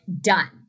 done